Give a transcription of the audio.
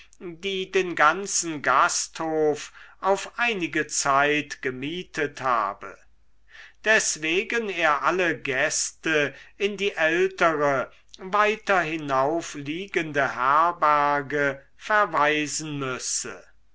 die den ganzen gasthof auf einige zeit gemietet habe deswegen er alle gäste in die ältere weiter hinauf liegende herberge verweisen müsse